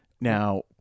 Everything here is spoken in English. Now